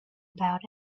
about